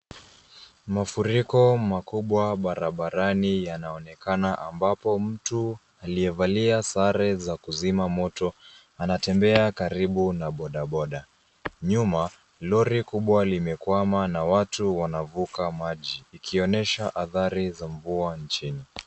Mafuriko makubwa barabarani yanaonekana, ambapo mtu aliyevalia sare za kuzima moto anatembea karibu na bodaboda. Nyuma, lori kubwa limekwama na watu wanavuka maji, ikionyesha athari za mvua nchini.